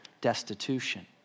destitution